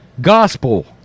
gospel